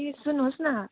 ए सुन्नुहोस् न